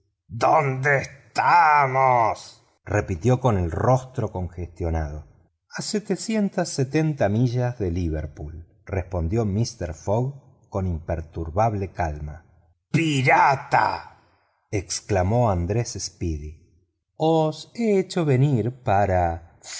donde estamos repitió con el rostro congestionado a setecientas setenta millas de liverpool respondió mister fogg con imperturbable calma pirata exclamó andrés speedy os he hecho venir para